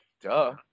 duh